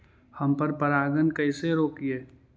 हम पर परागण के कैसे रोकिअई?